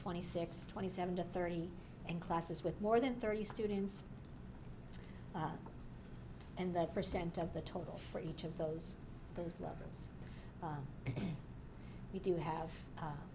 twenty six twenty seven to thirty and classes with more than thirty students and that percent of the total for each of those those levels we do have